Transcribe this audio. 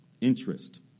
Interest